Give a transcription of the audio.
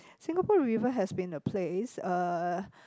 Singapore River has been a place uh